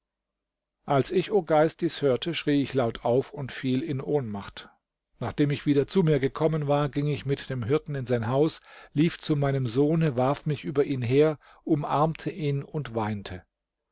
als ich o geist dies hörte schrie ich laut auf und fiel in ohnmacht nachdem ich wieder zu mir gekommen war ging ich mit dem hirten in sein haus lief zu meinem sohne warf mich über ihn her umarmte ihn und weinte